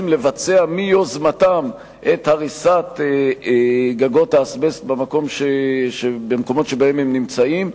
לבצע מיוזמתם את הריסת גגות האזבסט במקומות שבהם הם נמצאים,